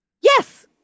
Yes